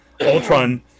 Ultron